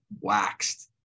waxed